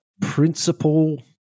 principle